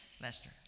Lester